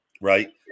right